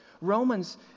Romans